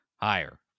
Higher